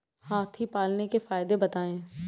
हाथी पालने के फायदे बताए?